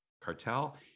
cartel